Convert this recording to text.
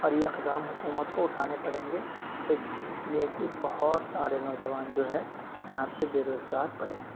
اور یہ اقدام حکومت کو اٹھانے پڑیں گے اس لیے کہ بہت سارے نوجوان جو ہے یہاں پہ بےروزگار پڑے ہیں